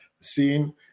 seen